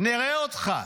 נראה אותך.